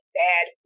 bad